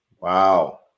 Wow